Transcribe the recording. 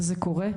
וזה קורה,